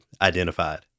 identified